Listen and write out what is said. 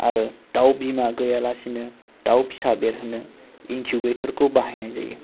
आरो दाव बिमा गैया लासेनो दाव फिसा बेरहोनो इनखुबेटरखौ बाहायनाय जायो